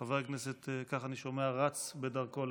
חבר הכנסת, כך אני שומע, רץ בדרכו לכאן.